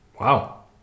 wow